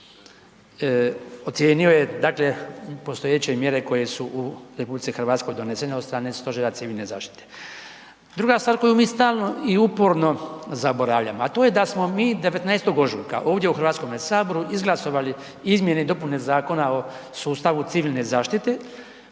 ocijenio je, dakle postojeće mjere koje su u RH donesene od strane Stožera civilne zaštite. Druga stvar koju mi stalno i uporno zaboravljamo, a to je da smo mi 19. ožujka ovdje u HS izglasovali izmjene i dopune Zakona o sustavu civilne zaštite